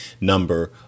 number